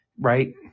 right